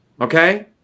okay